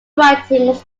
writings